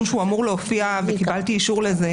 שאמור להופיע בדוח מבקר המדינה וקיבלתי אישור לזה